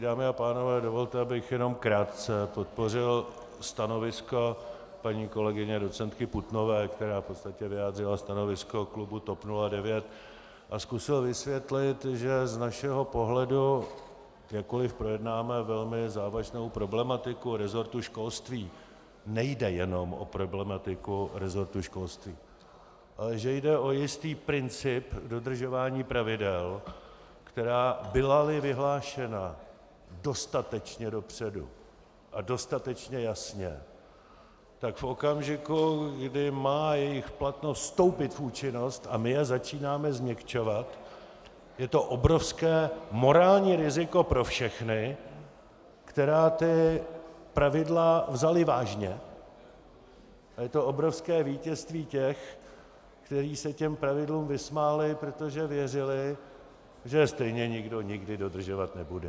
Dámy a pánové, dovolte, abych jenom krátce podpořil stanovisko paní kolegyně docentky Putnové, která v podstatě vyjádřila stanovisko klubu TOP 09, a zkusil vysvětlit, že z našeho pohledu, jakkoli projednáváme velmi závažnou problematiku resortu školství, nejde jenom o problematiku resortu školství, ale že jde o jistý princip dodržování pravidel, která bylali vyhlášena dostatečně dopředu a dostatečně jasně, tak v okamžiku, kdy má jejich platnost vstoupit v účinnost a my je začínáme změkčovat, je to obrovské morální riziko pro všechny, kteří ta pravidla vzali vážně, a je to obrovské vítězství těch, kteří se těm pravidlům vysmáli, protože věřili, že je stejně nikdo nikdy dodržovat nebude.